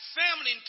family